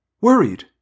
worried